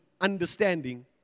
understanding